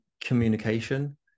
communication